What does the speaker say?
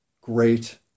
great